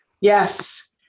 Yes